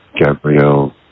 Gabriel